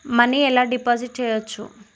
Money ఎలా deposit చేయచ్చు?